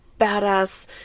badass